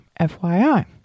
FYI